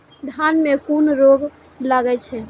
धान में कुन रोग लागे छै?